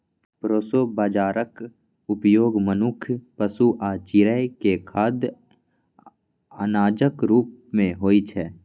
proso बाजाराक उपयोग मनुक्ख, पशु आ चिड़ै के खाद्य अनाजक रूप मे होइ छै